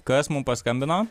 kas mum paskambino